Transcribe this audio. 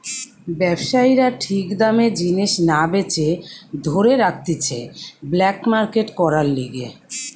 ব্যবসায়ীরা ঠিক দামে জিনিস না বেচে ধরে রাখতিছে ব্ল্যাক মার্কেট করার লিগে